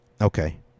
Okay